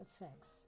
effects